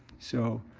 so,